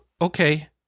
Okay